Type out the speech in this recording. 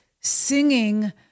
singing